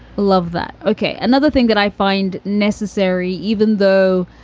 love that. ok. another thing that i find necessary, even though,